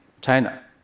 China